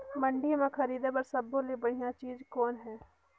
मंडी म खरीदे बर सब्बो ले बढ़िया चीज़ कौन हे?